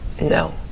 No